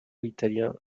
italien